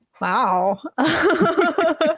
Wow